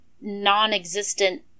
non-existent